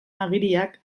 agiriak